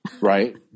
right